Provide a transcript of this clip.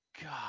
God